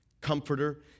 comforter